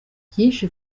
byinshi